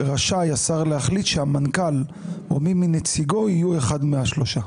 רשאי השר להחליט שהמנכ"ל או מי מנציגו יהיו אחד מהשלושה.